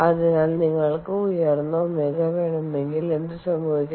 അതിനാൽ നിങ്ങൾക്ക് ഉയർന്ന ω വേണമെങ്കിൽ എന്ത് സംഭവിക്കും